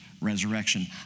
resurrection